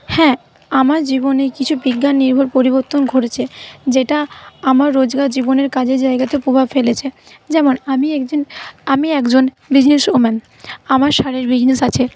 হ্যাঁ আমার জীবনে কিছু বিজ্ঞান নির্ভর পরিবর্তন ঘটেছে যেটা আমার রোজগার জীবনের কাজের জায়গাতে প্রভাব ফেলেছে যেমন আমি একজন আমি একজন বিজনেস ওম্যান আমার শাড়ির বিজনেস আছে